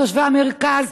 על תושבי המרכז.